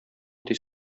тиз